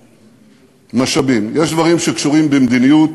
שייעדנו משאבים, יש דברים שקשורים במדיניות